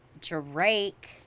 Drake